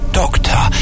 doctor